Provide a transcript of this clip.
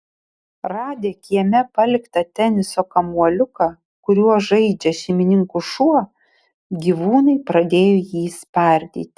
radę kieme paliktą teniso kamuoliuką kuriuo žaidžia šeimininkų šuo gyvūnai pradėjo jį spardyti